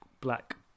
black